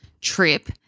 trip